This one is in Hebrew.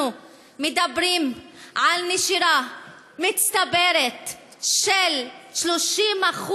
אנחנו מדברים על נשירה מצטברת של 30%,